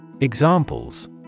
Examples